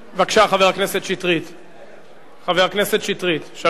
בבקשה, חבר הכנסת שטרית, שלוש דקות,